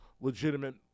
legitimate